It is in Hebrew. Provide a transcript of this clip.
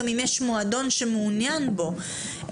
גם אם יש מועדון שמעוניין בו,